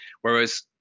whereas